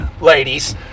ladies